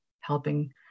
helping